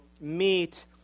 meet